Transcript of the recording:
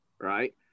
right